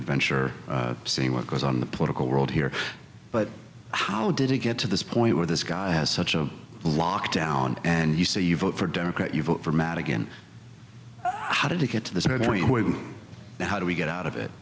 adventure same what goes on the political world here but how did it get to this point where this guy has such a lock down and you say you vote for a democrat you vote for mad again how did it get to this how do we get out of it